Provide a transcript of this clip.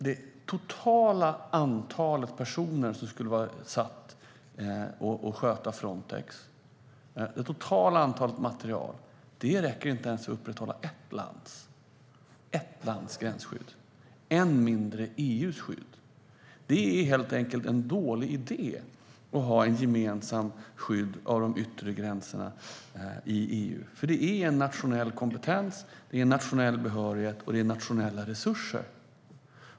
Det totala antalet personer som skulle vara satta att sköta Frontex och det totala materialet räcker inte till att upprätthålla ens ett lands gränsskydd, än mindre EU:s gränsskydd. Det är helt enkelt en dålig idé att ha ett gemensamt skydd av de yttre gränserna i EU, för det är en nationell kompetens med nationell behörighet och nationella resurser.